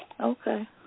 Okay